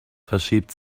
verschiebt